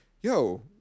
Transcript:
yo